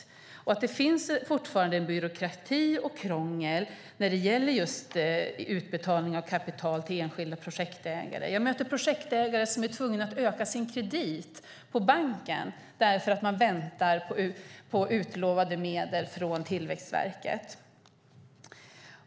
Fortfarande finns det byråkrati och krångel när det gäller utbetalning av kapital till enskilda projektägare. Jag möter projektägare som är tvungna att utöka sin kredit på banken i väntan på utlovade medel från Tillväxtverket.